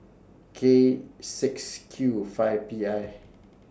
K six Q five P I